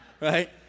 right